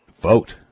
Vote